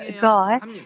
God